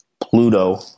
Pluto